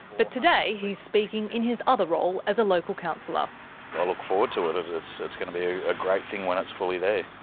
but today he's speaking in his other role as a local councillor. i look forward to it, it's going to be a great thing when it's fully there.